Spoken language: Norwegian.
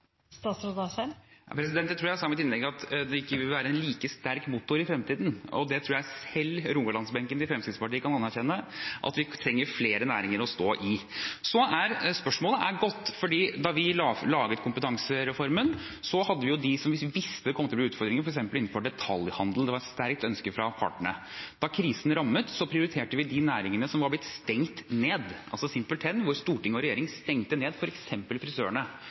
Jeg tror jeg sa i mitt innlegg at det ikke vil være en like sterk motor i fremtiden, og det tror jeg selv rogalandsbenken til Fremskrittspartiet kan anerkjenne, at vi trenger flere næringer å stå i. Spørsmålet er godt, for da vi laget kompetansereformen, hadde vi dem vi visste kom til å bli utfordringer, f.eks. innenfor detaljhandelen. Det var et sterkt ønske fra partene. Da krisen rammet, prioriterte vi de næringene som var blitt stengt ned, altså simpelthen de som Stortinget og regjeringen stengte ned, f.eks. frisørene.